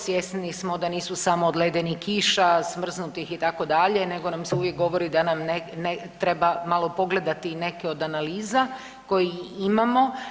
Svjesni smo da nisu samo od ledenih kiša smrznutih itd., nego nam se uvijek govori da nam treba malo pogledati i neke od analiza koje imamo.